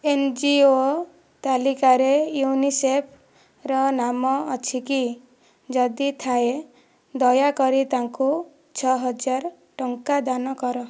N G O ତାଲିକାରେ ୟୁନିସେଫ୍ର ନାମ ଅଛି କି ଯଦି ଥାଏ ଦୟାକରି ତାଙ୍କୁ ଛଅ ହଜାର ଟଙ୍କା ଦାନ କର